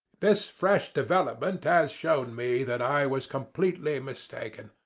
this fresh development has shown me that i was completely mistaken.